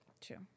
true